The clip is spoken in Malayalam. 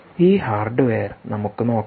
ഈ ഹാർഡ്വെയർ നമുക്ക് നോക്കാം